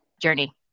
journey